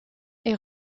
est